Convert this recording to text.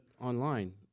online